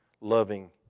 loving